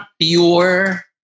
pure